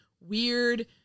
weird